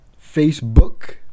Facebook